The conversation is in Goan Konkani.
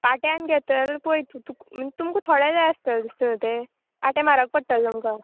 पाट्यान घेतले पळय तूं तुका तुमकां थोडे जाय आसतले दिसता न्हू ते पाट्या मारग पडटले तुमकां